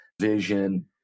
vision